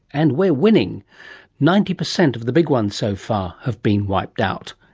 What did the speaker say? and we're winning ninety percent of the big ones so far have been wiped out,